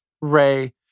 Ray